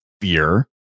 fear